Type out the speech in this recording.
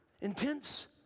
Intense